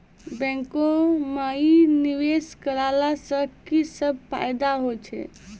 बैंको माई निवेश कराला से की सब फ़ायदा हो छै?